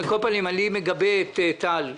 אני מגבה את טל,